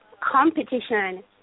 competition